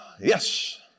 yes